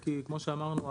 כי כמו שאמרנו,